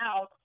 out